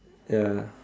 ya